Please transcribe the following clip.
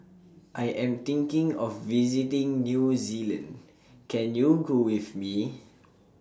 I Am thinking of visiting New Zealand Can YOU Go with Me